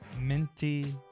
Minty